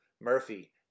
Murphy